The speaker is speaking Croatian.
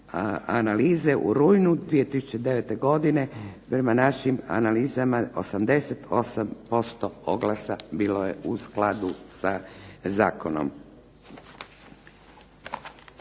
analize u rujnu 2009. godine, prema našim analizama 88% oglasa bilo je u skladu sa Zakonom.